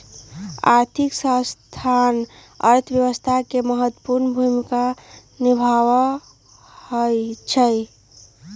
आर्थिक संस्थान अर्थव्यवस्था में महत्वपूर्ण भूमिका निमाहबइ छइ